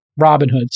Robinhood